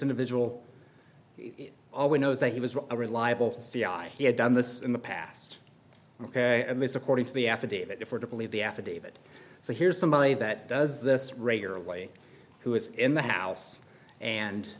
individual all we know is that he was a reliable c i he had done this in the past ok and this according to the affidavit if we're to believe the affidavit so here's somebody that does this regularly who is in the house and